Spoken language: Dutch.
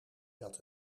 dat